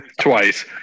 Twice